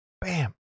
bam